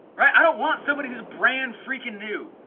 right? i don't want somebody who's brand freaking new.